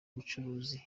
bucuruzi